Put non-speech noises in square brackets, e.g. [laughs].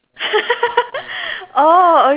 [laughs]